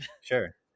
Sure